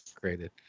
created